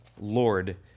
Lord